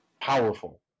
Powerful